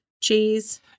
cheese